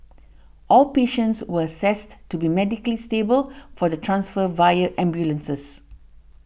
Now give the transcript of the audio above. all patients were assessed to be medically stable for the transfer via ambulances